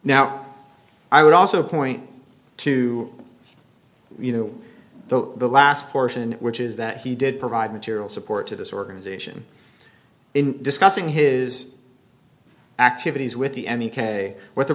now i would also point to you know the last portion which is that he did provide material support to this organization in discussing his activities with